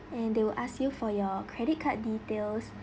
and they will ask you for your credit card details